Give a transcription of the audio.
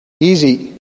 easy